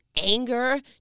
anger